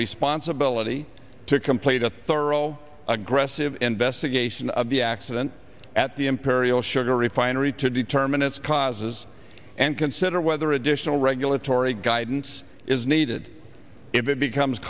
responsibility to complete a thorough aggressive investigation of the accident at the imperial sugar refinery to determine its causes and consider whether additional regulatory guidance is needed if it becomes